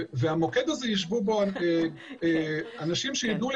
במוקד זה יישבו אנשים שיידעו לנתב.